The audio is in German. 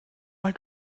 mal